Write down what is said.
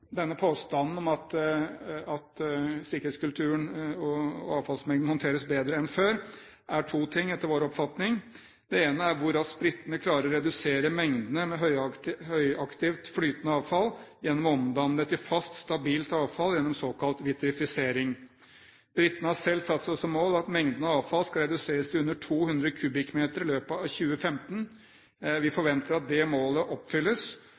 at sikkerhetskulturen og avfallsmengden håndteres bedre enn før, er etter vår oppfatning todelt. Det ene er hvor raskt britene klarer å redusere mengden høyaktivt flytende avfall gjennom å omdanne det til fast, stabilt avfall ved såkalt vitrifisering. Britene har selv satt seg som mål at mengden av avfall skal reduseres til under 200 m3 i løpet av 2015. Vi forventer at det målet oppfylles,